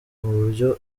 buryo